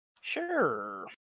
Sure